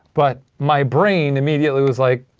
but my brain immediately was like,